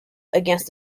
against